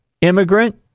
immigrant